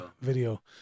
video